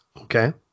Okay